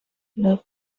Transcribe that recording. love